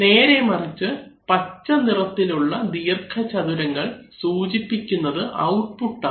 നേരെമറിച്ച് പച്ചനിറത്തിലുള്ള ദീർഘ ചതുരങ്ങൾ സൂചിപ്പിക്കുന്നത് ഔട്ട്പുട്ട് ആണ്